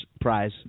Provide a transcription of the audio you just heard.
prize